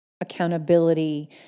accountability